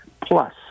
plus